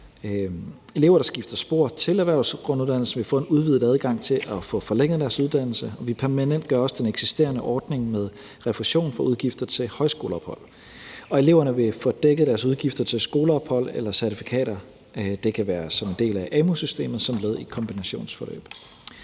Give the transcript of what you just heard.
Elever, der skifter spor til erhvervsgrunduddannelsen, vil få en udvidet adgang til at få forlænget deres uddannelse. Vi permanentgør også den eksisterende ordning med refusion for udgifter til højskoleophold. Og eleverne vil få dækket deres udgifter til skoleophold eller certifikater – det kan være som en del af amu-systemet som led i et kombinationsforløb.